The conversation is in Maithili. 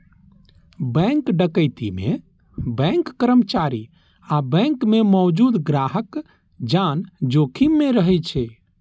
बैंक डकैती मे बैंक कर्मचारी आ बैंक मे मौजूद ग्राहकक जान जोखिम मे रहै छै